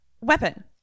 weapon